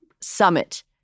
Summit